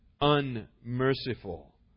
unmerciful